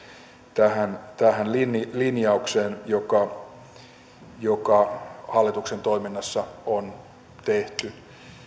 tähän tähän linjaukseen joka joka hallituksen toiminnassa on tehty